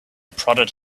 prodded